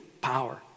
power